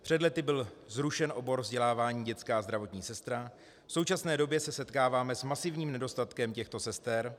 Před lety byl zrušen obor vzdělávání dětská zdravotní sestra, v současné době se setkáváme s masivním nedostatkem těchto sester.